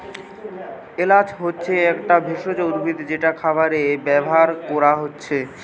এলাচ হচ্ছে একটা একটা ভেষজ উদ্ভিদ যেটা খাবারে ব্যাভার কোরা হচ্ছে